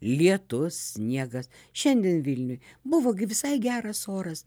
lietus sniegas šiandien vilniuj buvo gi visai geras oras